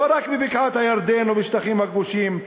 לא רק לבקעת-הירדן או לשטחים הכבושים,